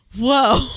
Whoa